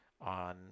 on